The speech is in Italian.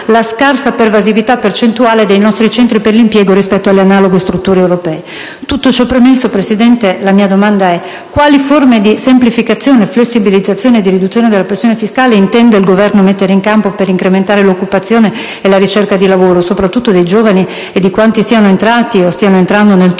la scarsa pervasività percentuale dei nostri centri per l'impiego rispetto alle analoghe strutture europee. Tutto ciò premesso, presidente Letta, pongo la seguente domanda: quali forme di semplificazione, flessibilizzazione e riduzione della pressione fiscale il Governo intende mettere in campo per incrementare l'occupazione e la ricerca di lavoro, soprattutto dei giovani e di quanti siano già entrati o stiano entrando nel tunnel